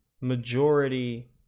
majority